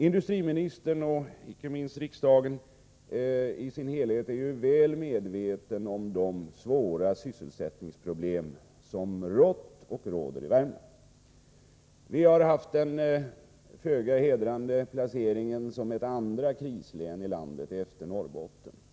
Industriministern och icke minst riksdagens ledamöter är ju väl medvetna om de svåra sysselsättningsproblem som rått och råder i Värmland. Vi har haft den föga hedrande placeringen som krislän nummer två i landet efter Norrbotten.